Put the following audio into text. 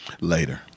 later